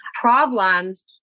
problems